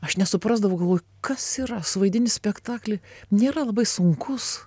aš nesuprasdavau galvoju kas yra suvaidini spektakly nėra labai sunkus